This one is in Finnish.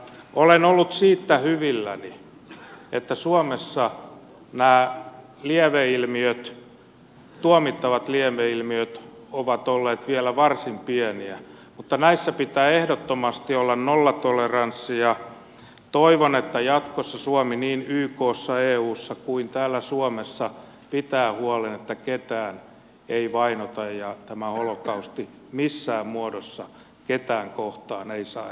olen ollut hyvilläni siitä että suomessa nämä tuomittavat lieveilmiöt ovat olleet vielä varsin pieniä mutta näissä pitää ehdottomasti olla nollatoleranssi ja toivon että jatkossa suomi niin ykssa eussa kuin täällä suomessa pitää huolen että ketään ei vainota ja ettei tämä holokausti missään muodossa ketään kohtaan saa enää toistua